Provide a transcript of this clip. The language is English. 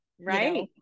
Right